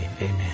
Amen